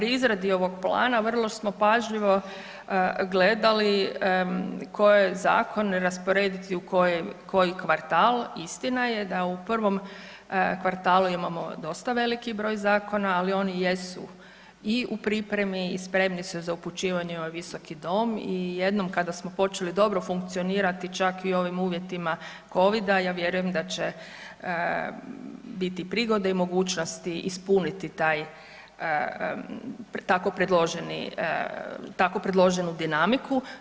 U izradi ... plana, vrlo smo pažljivo gledali koje zakone rasporediti u koji kvartal, istina je da u prvom kvartalu imamo dosta veliki broj zakona ali oni jesu i u pripremi i spremni su za upućivanje u ovaj Visoki dom i jednom kada smo počeli dobro funkcionirati čak i u ovim uvjetima COVID-a, ja vjerujem da će biti prigode i mogućnosti ispuniti tako predloženu dinamiku.